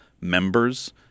members